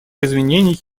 изменений